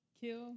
kill